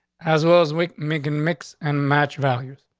as well as weak megan mix and match values.